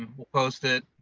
we'll post it,